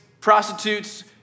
prostitutes